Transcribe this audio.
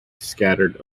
scattered